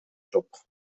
жок